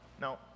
now